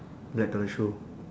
black colour shoe